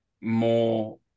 more